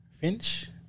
Finch